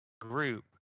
group